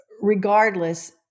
regardless